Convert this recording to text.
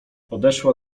podeszła